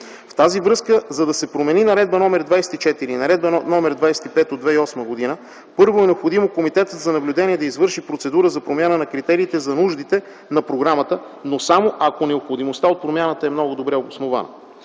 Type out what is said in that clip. В тази връзка, за да се променят Наредба № 24 и Наредба № 25 от 2008 г., първо е необходимо Комитетът за наблюдение да извърши процедура за промяна на критериите за нуждите на програмата, но само ако необходимостта от промяната е много добре обоснована.